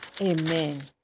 amen